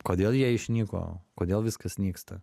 kodėl jie išnyko kodėl viskas nyksta